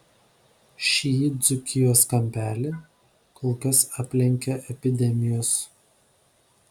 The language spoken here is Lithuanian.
šį dzūkijos kampelį kol kas aplenkia epidemijos